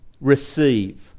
receive